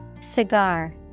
Cigar